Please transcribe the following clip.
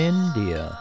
India